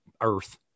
earth